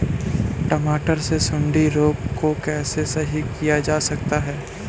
टमाटर से सुंडी रोग को कैसे सही किया जा सकता है?